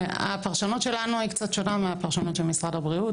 הפרשנות שלנו היא קצת שונה מהפרשנות של משרד הבריאות